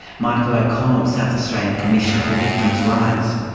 michael o'connell, south australian commissioner for victims' rights.